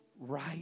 right